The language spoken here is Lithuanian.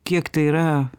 kiek tai yra